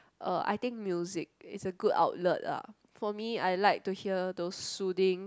uh I think music it's a good outlet ah for me I like to hear those soothing